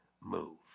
move